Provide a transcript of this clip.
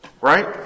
right